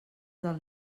del